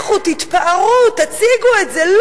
לכו, תתפארו, תציגו את זה.